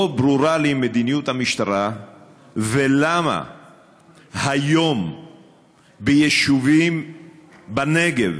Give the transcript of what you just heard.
לא ברורה לי מדיניות המשטרה ולמה היום ביישובים בנגב,